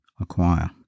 acquire